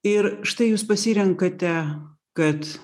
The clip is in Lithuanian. ir štai jūs pasirenkate kad